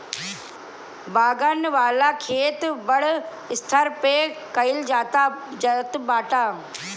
बागन वाला खेती बड़ स्तर पे कइल जाता बाटे